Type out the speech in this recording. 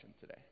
today